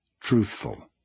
truthful